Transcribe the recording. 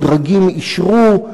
הדרגים אישרו.